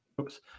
oops